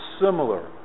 similar